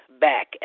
back